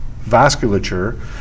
vasculature